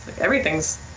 Everything's